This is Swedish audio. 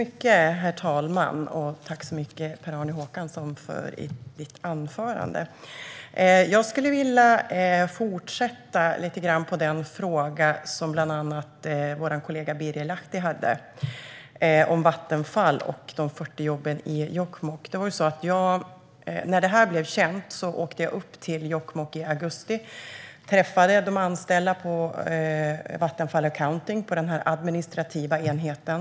Herr talman! Tack så mycket för ditt anförande, Per-Arne Håkansson! Jag skulle vilja fortsätta lite grann på den fråga som bland annat vår kollega Birger Lahti hade, nämligen frågan om Vattenfall och de 40 jobben i Jokkmokk. När detta blev känt åkte jag upp till Jokkmokk - det var i augusti - och träffade de anställda på Vattenfall Accounting, alltså den administrativa enheten.